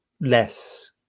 less